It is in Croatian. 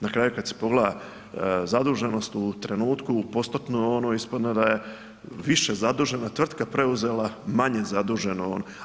Na kraju kad se pogleda zaduženost u trenutku, u postotno, ispadne da je više zadužena tvrtka preuzela manje zaduženu.